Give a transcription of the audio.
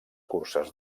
curses